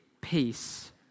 peace